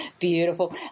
beautiful